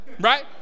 right